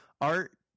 art